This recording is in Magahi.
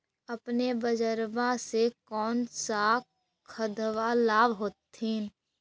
अपने बजरबा से कौन सा खदबा लाब होत्थिन?